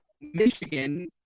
Michigan